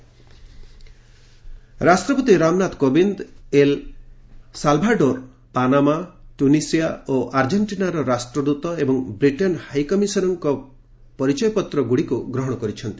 ପ୍ରେଜ୍ କ୍ରେଡେନ୍ସିଆଲ୍ଟ ରାଷ୍ଟ୍ରପତି Ramnath Kovind El Salvador Panama Tunisia ଓ ଆର୍ଜେଣ୍ଟିନାର ରାଷ୍ଟ୍ରଦୂତ ଏବଂ ବ୍ରିଟେନ୍ ହାଇ କମିଶନର୍ଙ୍କ ପରିଚୟପତ୍ର ଗୁଡ଼ିକୁ ଗ୍ରହଣ କରିଛନ୍ତି